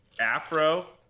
Afro